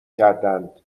کردندمن